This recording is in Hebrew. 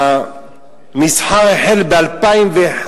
המסחר החל ב-2001,